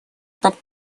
под